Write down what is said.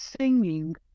singing